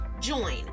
join